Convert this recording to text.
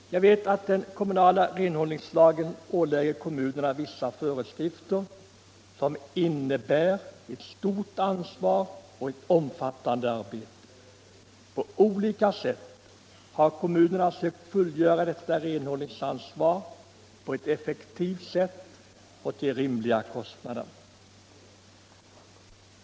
Jag vet att den kommunala renhållningslagen ålägger kommunerna ett stort ansvar och ett omfattande arbete. Kommunerna har sökt fullgöra detta renhållningsansvar på ett effektivt sätt och till rimliga kostnader.